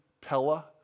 Pella